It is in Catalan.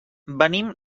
venim